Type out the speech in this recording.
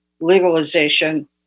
legalization